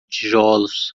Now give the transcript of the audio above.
tijolos